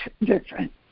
different